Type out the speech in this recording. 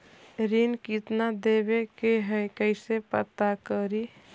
ऋण कितना देवे के है कैसे पता करी?